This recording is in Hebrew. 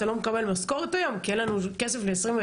אתה לא מקבל משכורת היום כי אין לנו כסף ל-2021'?